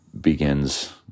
begins